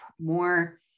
more